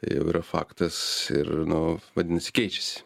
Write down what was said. jau yra faktas ir nu vadinasi keičiasi